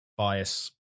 bias